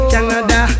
Canada